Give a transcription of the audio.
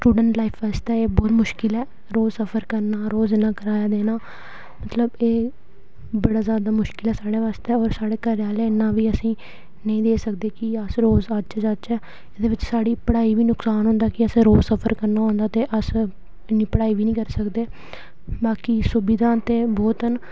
student life आसेआ एह् बहुत मुश्कल ऐ रोज सफर करना रोज इन्ना कराया देना मतलब एह् बड़ा जादा मुश्कल ऐ साढ़ै वास्तै होर साढ़े घरै आह्ले बी इन्ना बी असेंगी नेईं देई सकदे कि के अस रोज आचै जाचै एह्दे बिच्च साढ़ी पढ़ाई बी नुकसान होंदा के असें रोज सफर करना होंदा ते अस इन्नी पढ़ाई बी नेईं करी सकदे बाकी सुविधां ते बोह्त न